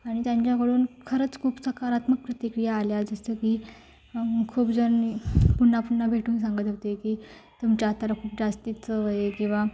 आणि त्यांच्याकडून खरंच खूप सकारात्मक प्रतिक्रिया आल्या जसं की खूप जण पुन्हा पुन्हा भेटून सांगत होते की तुमच्या हाताला खूप जास्त चव आहे किंवा